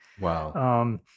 Wow